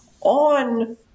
on